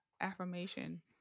affirmation